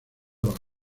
baja